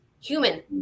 human